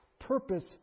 purpose